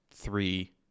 three